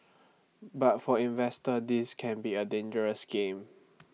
but for investors this can be A dangerous game